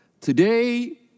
Today